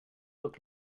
look